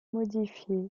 modifié